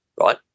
right